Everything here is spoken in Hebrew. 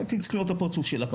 הייתם צריכים לראות את הפרצוף שלה.